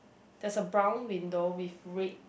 there's a brown window with red